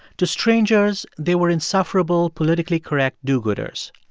to strangers, they were insufferable, politically correct do-gooders.